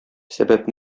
сәбәп